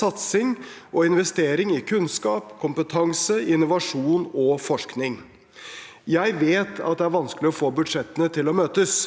satsing og investering i kunnskap, kompetanse, innovasjon og forskning. Jeg vet at det er vanskelig å få budsjettene til å møtes,